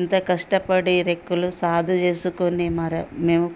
అంత కష్టపడి రెక్కలు సాదు చేసుకుని మరి మేము